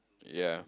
ya